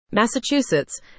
Massachusetts